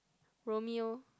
Romeo